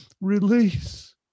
release